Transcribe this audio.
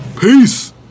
peace